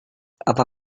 apa